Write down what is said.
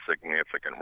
significant